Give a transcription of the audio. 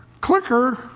clicker